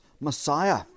Messiah